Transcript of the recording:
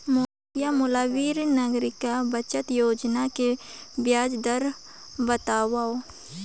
कृपया मोला वरिष्ठ नागरिक बचत योजना के ब्याज दर बतावव